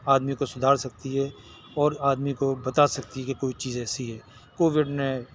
آدمی کو سدھار سکتی ہے اور آدمی کو بتا سکتی ہے کہ کوئی چیز ایسی ہے کووڈ نے